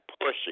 pushing